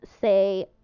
say